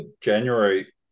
January